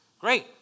Great